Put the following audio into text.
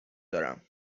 دارم